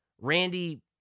Randy